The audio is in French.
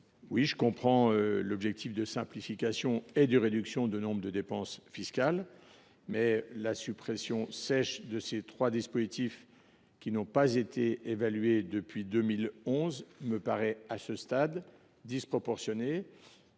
Je comprends l’objectif de simplification et de réduction du nombre des dépenses fiscales, mais la suppression sèche de ces trois dispositifs, qui n’ont pas été évalués depuis 2011, me paraît, à ce stade, disproportionnée.